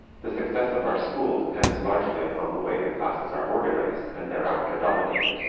the success of our school depends largely upon the way the classes are organized and thereafter dominated